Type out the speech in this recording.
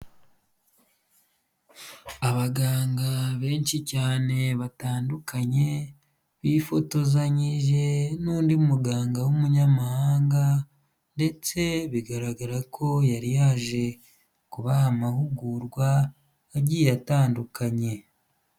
Abaganga benshi cyane batandukanye, bifotozanyije n'undi muganga w'umunyamahanga ndetse bigaragara ko yari yaje kubaha amahugurwa yagiye atandukanye.